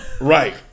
right